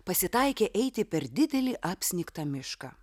pasitaikė eiti per didelį apsnigtą mišką